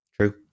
True